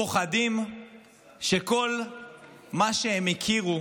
פוחדים שכל מה שהם הכירו